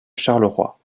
charleroi